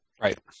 Right